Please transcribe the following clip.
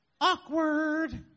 Awkward